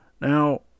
Now